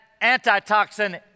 antitoxin